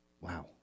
Wow